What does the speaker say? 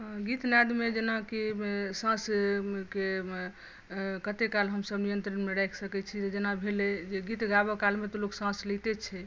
गीतनादमे जेनाकि साँस के मे कतेकाल हमसब नियन्त्रणमे राखि सकै छी जेना भेलै जे गीत गाबऽ कालमे तँ लोक साँस लैते छै